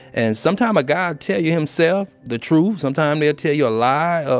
and sometime, a guy tell you himself the truth. sometime, they'll tell you a lie.